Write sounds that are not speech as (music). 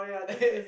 (laughs)